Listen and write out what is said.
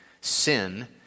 sin